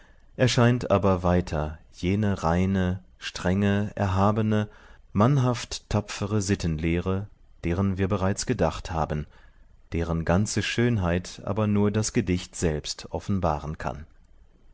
erscheint aber weiter jene reine strenge erhabene mannhaft tapfere sittenlehre deren wir bereits gedacht haben deren ganze schönheit aber nur das gedicht selbst offenbaren kann